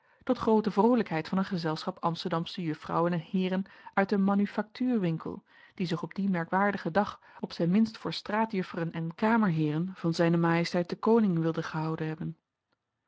tot groote vroolijkheid van een gezelschap amsterdamsche juffrouwen en heeren uit een manufactuur winkel dien zich op dien merkwaardigen dag op zijn minst voor staatjufferen en kamerheeren van z m den koning wilden gehouden hebben